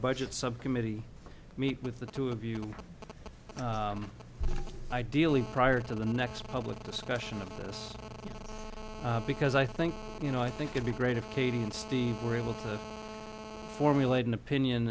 budget subcommittee meet with the two of you ideally prior to the next public discussion of this because i think you know i think you'd be great if katie and steve were able to formulate an opinion